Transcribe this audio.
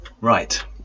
Right